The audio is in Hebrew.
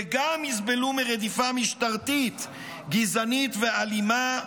וגם יסבלו מרדיפה משטרתית גזענית ואלימה,